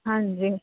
ਹਾਂਜੀ